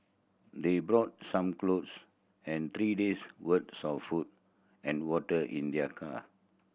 they brought some clothes and three days worth of food and water in their car